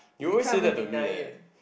you can't even deny it